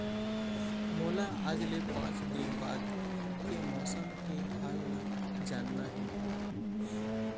मोला आज ले पाँच दिन बाद के मौसम के हाल ल जानना हे?